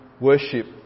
worship